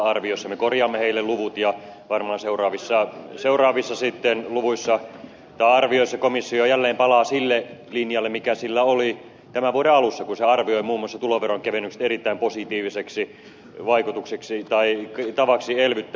me korjaamme heille luvut ja varmaan seuraavissa arvioissa komissio jälleen palaa sille linjalle joka sillä oli tämän vuoden alussa kun se arvioi muun muassa tuloveron kevennykset erittäin positiiviseksi tavaksi elvyttää